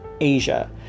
Asia